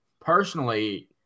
personally